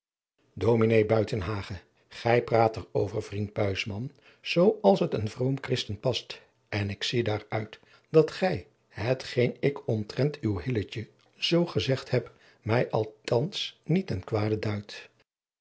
buitenhagen gij praat er over vriend buisman zoo als het een vroom christen past en ik zie daar uit dat gij het geen ik omtrent uw hilletje zo gezegd hebt mij althans niet ten